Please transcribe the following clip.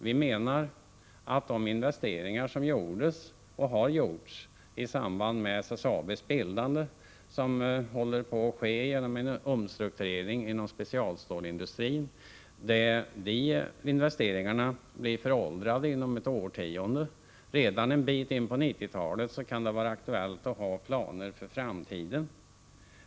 Vi menar att de investeringar som gjordes i samband med SSAB:s bildande och som håller på att göras genom en omstrukturering inom specialstålsindustrin blir föråldrade inom ett årtionde. Redan en bit in på 1990-talet kan det vara aktuellt att ha planer för framtiden.